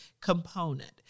component